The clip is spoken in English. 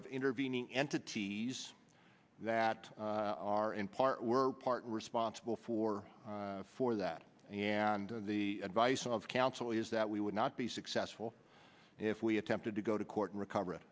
of intervening entities that are in part were part responsible for for that and the advice of counsel is that we would not be successful if we attempted to go to court and recover